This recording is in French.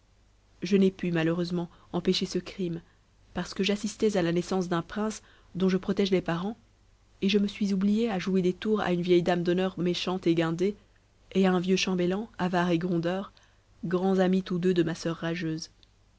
je n'ai pu malheureusement empêcher ce crime parce que j'assistais à la naissance d'un prince dont je protège les parents et je me suis oubliée à jouer des tours à une vieille dame d'honneur méchante et guindée et à un vieux chambellan avare et grondeur grands amis tous deux de ma soeur rageuse